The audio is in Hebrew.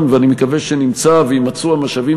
ואני מקווה שנמצא ויימצאו המשאבים